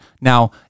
Now